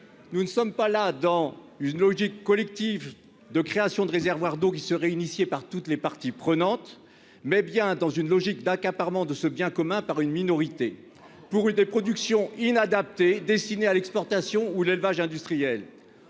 nous ne sommes pas là dans une logique collective de création de réservoirs d'eau qui se re-initiée par toutes les parties prenantes, mais bien dans une logique d'accaparement de ce bien commun par une minorité pour une production inadaptée destinés à l'exportation, où l'élevage industriel,